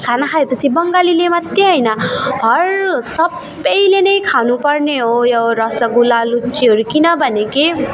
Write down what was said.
खाना खाए पछि बङ्गालीले मात्र होइन हरएक सबले नै खानु पर्ने हो यो रसोगुल्ला लुच्चीहरू किनभने कि